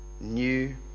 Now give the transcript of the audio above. new